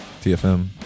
TFM